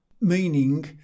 meaning